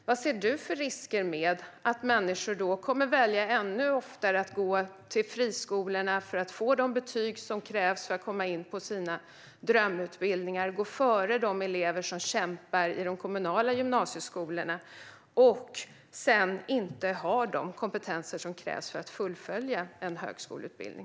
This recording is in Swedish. Vad ser du för risker med att människor kommer att välja ännu oftare att gå till friskolorna för att få de betyg som krävs för att komma in på sina drömutbildningar, gå före de elever som kämpar i de kommunala gymnasieskolorna, och sedan inte har de kompetenser som krävs för att fullfölja en högskoleutbildning?